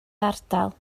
ardal